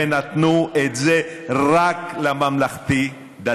ונתנו את זה רק לממלכתי-דתי.